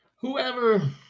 whoever